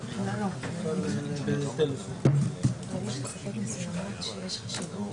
יכול לשתף אתכם שזאת הייתה שיחה עם פרקליט המדינה,